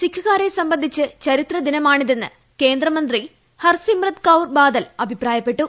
സിഖ്കാരെ സംബന്ധിച്ച് ചരിത്രദിനമാണിതെന്ന് കേന്ദ്രമന്ത്രി ഹർസിമ്രത് കൌർ ബാദൽ അഭിപ്രായപ്പെട്ടു